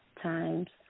times